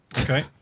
Okay